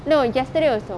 no yesterday also